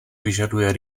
vyžaduje